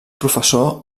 professor